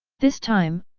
this time,